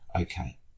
okay